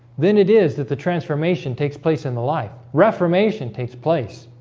then it is that the transformation takes place in the life reformation takes place.